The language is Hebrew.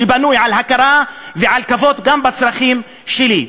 שבנוי על הכרה ועל כבוד גם לצרכים שלי.